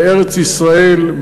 בארץ-ישראל,